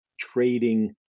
trading